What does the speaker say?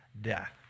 death